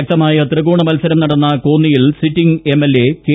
ശക്തമായ ത്രികോണ മൽസരം നടന്ന് കോ ന്നിയിൽ സിറ്റിംഗ് എംഎൽഎ കെ